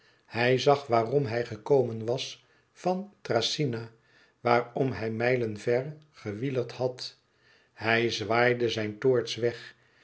hij zag waarom hij gekomen was van thracyna waarom hij mijlen ver gewielerd had hij zwaaide zijn toorts weg